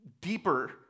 deeper